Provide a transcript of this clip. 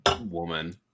woman